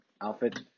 outfit